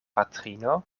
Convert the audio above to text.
patrino